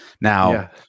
Now